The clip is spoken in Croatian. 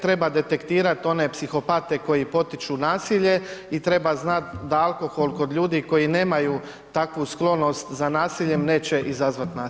Treba detektirat one psihopate koji potiču nasilje i treba znati da alkohol kod ljudi koji nemaju takvu sklonost za nasiljem neće izazvati nasilje.